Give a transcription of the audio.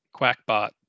Quackbot